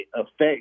affect